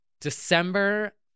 December